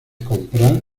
compras